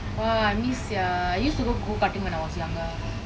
!wah! I miss sia I used to go go-karting when I was younger